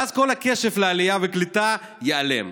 ואז כל הכסף לעלייה וקליטה ייעלם.